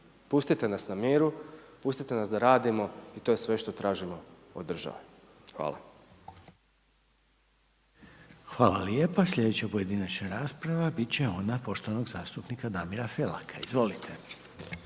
Pustite nas na miru. Pustite nas da radimo i to je sve što tražimo od države. Hvala. **Reiner, Željko (HDZ)** Hvala lijepa. Sljedeća pojedinačna rasprava bit će ona poštovanog zastupnika Damira Felaka. Izvolite.